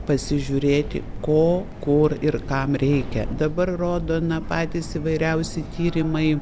pasižiūrėti ko kur ir kam reikia dabar rodo na patys įvairiausi tyrimai